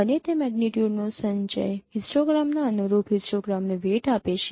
અને તે મેગ્નીટ્યુડનો સંચય હિસ્ટોગ્રામના અનુરૂપ હિસ્ટોગ્રામને વેઈટ આપે છે